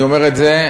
אני אומר את זה,